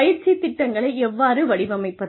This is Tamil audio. பயிற்சி திட்டங்களை எவ்வாறு வடிவமைப்பது